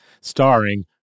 starring